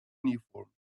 uniforms